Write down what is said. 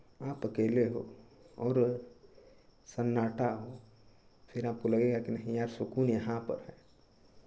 आप अकेले हो और सन्नाटा हो फिर आपको लगेगा कि नहीं यार सुकून यहाँ पर है